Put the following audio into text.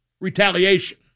retaliation